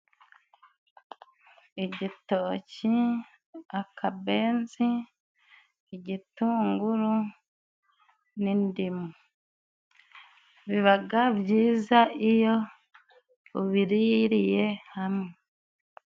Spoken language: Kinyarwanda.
Igitoki, akabenzi, igitunguru, n'indimu bibaga byiza iyo ubiririye hamwe.